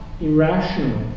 irrational